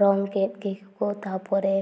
ᱨᱚᱝ ᱠᱮᱫ ᱜᱮᱠᱚ ᱛᱟᱯᱚᱨᱮ